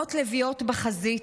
לוחמות לביאות בחזית,